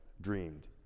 dreamed